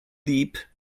deep